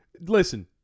listen